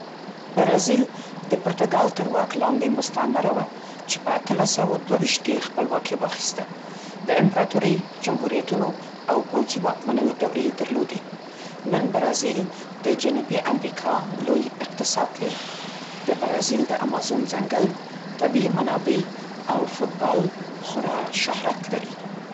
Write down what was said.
برازیل د پرتګال تر واک لاندې مستعمره وه، چې په اتلس سوه او دوه ویشت کې یې خپلواکي واخیسته. د امپراتورۍ، جمهوریتونو او پوځي واکمنیو دورې یې درلودې. نن برازیل د جنوبي امریکا لوی اقتصاد لري. د برازیل د امازون ځنګل، طبیعي منابع او فوټبال خورا شهرت لري.